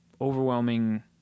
overwhelming